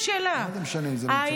מה זה משנה אם זה, על זה אין שאלה.